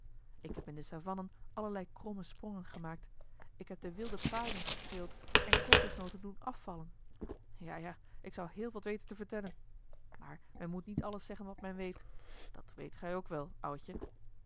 ik heb in de savannen allerlei kromme sprongen gemaakt ik heb de wilde paarden gestreeld en kokosnoten doen afvallen ja ja ik zou heel wat weten te vertellen maar men moet niet alles zeggen wat men weet dat weet ge ook wel oudje